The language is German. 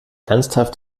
ernsthaft